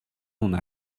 una